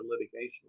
litigation